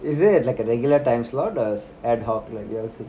is there like a regular time slot or is ad hoc like y'all